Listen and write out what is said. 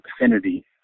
affinity